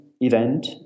event